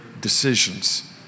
decisions